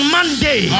Monday